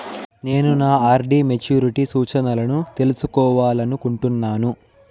నేను నా RD maturity సూచనలను తెలుసుకోవాలనుకుంటున్నాను